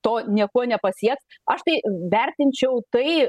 to niekuo nepasies aš tai vertinčiau tai